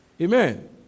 Amen